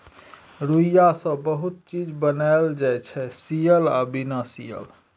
रुइया सँ बहुत रास चीज बनाएल जाइ छै सियल आ बिना सीयल